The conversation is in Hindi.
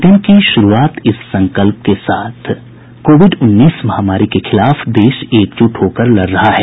बुलेटिन की शुरूआत इस संकल्प के साथ कोविड उन्नीस महामारी के खिलाफ देश एकजुट होकर लड़ रहा है